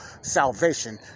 salvation